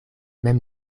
mem